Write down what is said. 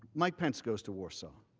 mike pence goes to warsaw.